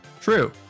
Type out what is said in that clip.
True